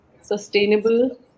sustainable